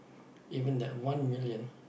even that one million